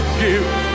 give